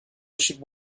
should